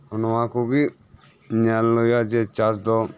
ᱱᱚᱣᱟᱠᱩᱜᱤ ᱧᱮᱞᱦᱩᱭᱩᱜᱼᱟ ᱡᱮ ᱪᱟᱥᱫᱚ